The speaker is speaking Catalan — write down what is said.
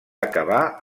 acabar